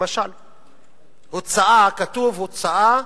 למשל כתוב: "'הוצאה'